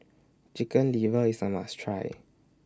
Chicken Liver IS A must Try